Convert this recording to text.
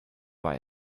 war